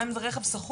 גם אם זה רכב שכור,